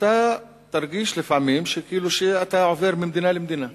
אתה מרגיש לפעמים כאילו אתה עובר ממדינה למדינה,